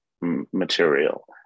material